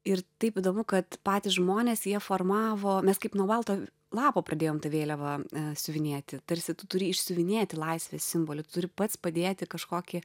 ir taip įdomu kad patys žmonės jie formavo mes kaip nuo balto lapo pradėjom tą vėliavą siuvinėti tarsi tu turi išsiuvinėti laisvės simbolį tu turi pats padėti kažkokį